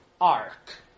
arc